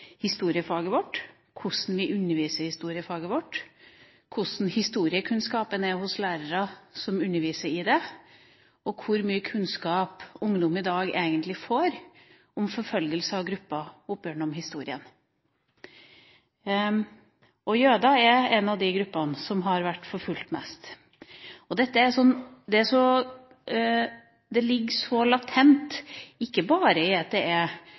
historiefaget vårt, hvordan vi underviser i historiefaget, hvordan historiekunnskapene er hos lærere som underviser i faget, og hvor mye kunnskap ungdom i dag egentlig får om forfølgelse av gruppa opp igjennom historien. Jøder er en av de gruppene som har vært forfulgt mest. Dette ligger så latent, ikke bare ved at det er noen som kommer fra kulturer der de nærmest har blitt opplært i